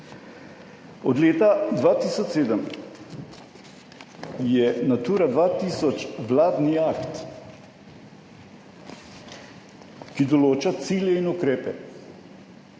Od leta 2007, je Natura 2000 vladni akt, ki določa cilje in ukrepe